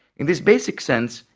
in this basic sense,